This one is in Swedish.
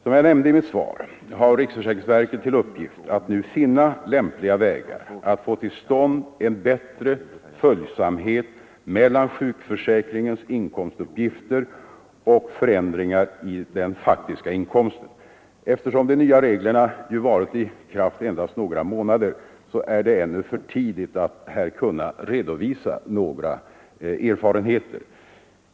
Som jag nämnde i svaret har riksförsäkringsverket till uppgift att finna lämpliga vägar att få till stånd en bättre följsamhet mellan sjukförsäkringens inkomstuppgifter och förändringar i den faktiska inkomsten. Eftersom de nya reglerna varit i kraft endast några månader, är det ännu för tidigt att här redovisa några erfarenheter.